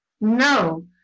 No